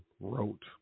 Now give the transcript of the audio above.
wrote